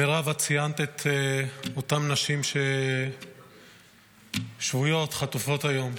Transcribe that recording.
מירב, את ציינת את אותן נשים שבויות, חטופות היום.